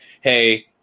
hey